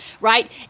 right